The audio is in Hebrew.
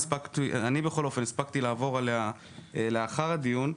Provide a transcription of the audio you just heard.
אני הספקתי לעבור עליה לאחר הדיון.